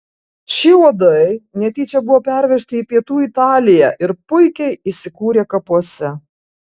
šie uodai netyčia buvo pervežti į pietų italiją ir puikiai įsikūrė kapuose